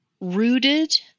rooted